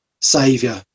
saviour